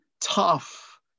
tough